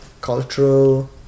cultural